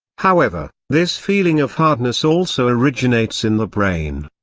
however, this feeling of hardness also originates in the brain.